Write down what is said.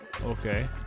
Okay